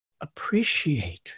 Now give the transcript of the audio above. appreciate